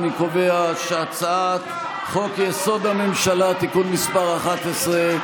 אני קובע שהצעת חוק-יסוד: הממשלה (תיקון מס' 11),